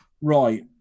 Right